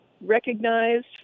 recognized